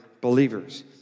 believers